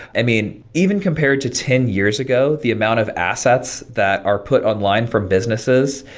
i mean, even compared to ten years ago, the amount of assets that are put online from businesses,